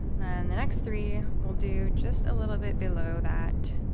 then the next three, we'll do just a little bit below that